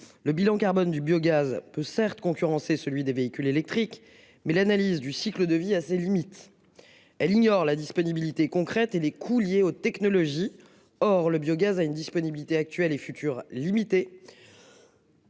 Le bilan carbone du biogaz peut certes concurrencer celui des véhicules électriques. Mais l'analyse du cycle de vie a ses limites. Elle ignore la disponibilité concrète et les coûts liés aux technologies. Or le biogaz à une disponibilité actuels et futurs limité.